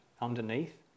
underneath